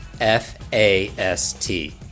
F-A-S-T